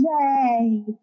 yay